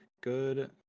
Good